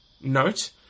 note